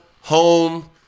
home